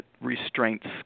restraints